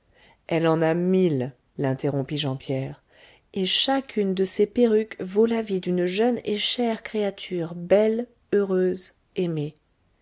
elle en a mille l'interrompit jean pierre et chacune de ces perruques vaut la vie d'une jeune et chère créature belle heureuse aimée